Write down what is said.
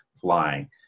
flying